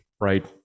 right